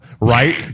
right